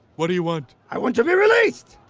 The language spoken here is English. what do you want? i want to be released!